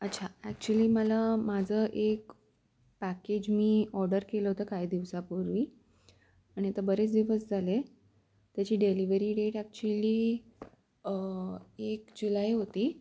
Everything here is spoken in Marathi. अच्छा ॲक्च्युली मला माझं एक पॅकेज मी ऑर्डर केलं होतं काही दिवसांपूर्वी आणि तर बरेच दिवस झाले त्याची डेलिव्हरी डेट ॲक्चुअली एक जुलै होती